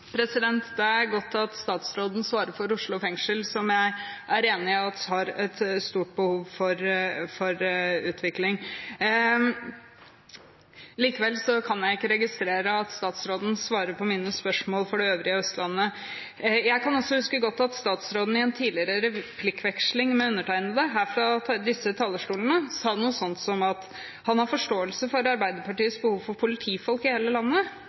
Det er godt at statsråden svarer for Oslo fengsel, som jeg er enig i har et stort behov for utvikling. Likevel kan jeg ikke registrere at statsråden svarer på mine spørsmål om det øvrige Østlandet. Jeg kan også godt huske at statsråden i en tidligere replikkveksling med undertegnede her fra disse talerstolene sa noe sånt som at han hadde forståelse for Arbeiderpartiets behov for politifolk i hele landet,